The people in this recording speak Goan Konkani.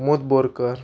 मोत बोरकर